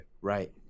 right